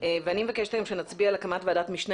אני מבקשת היום שנצביע על הקמת ועדה משנה